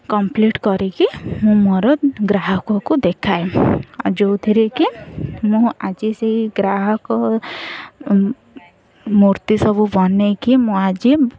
complete କରିକି ମୁଁ ମୋର ଗ୍ରାହକକୁ ଦେଖାଏ ଆଉ ଯେଉଁଥିରେ କି ମୁଁ ଆଜି ସେଇ ଗ୍ରାହକ ମୂର୍ତ୍ତି ସବୁ ବନେଇକି ମୁଁ ଆଜି